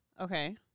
Okay